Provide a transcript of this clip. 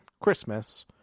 Christmas